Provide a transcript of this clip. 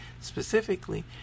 specifically